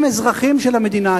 הם אזרחים של המדינה,